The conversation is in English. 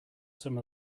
some